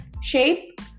shape